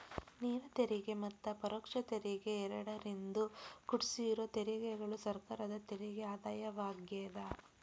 ನೇರ ತೆರಿಗೆ ಮತ್ತ ಪರೋಕ್ಷ ತೆರಿಗೆ ಎರಡರಿಂದೂ ಕುಡ್ಸಿರೋ ತೆರಿಗೆಗಳ ಸರ್ಕಾರದ ತೆರಿಗೆ ಆದಾಯವಾಗ್ಯಾದ